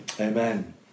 Amen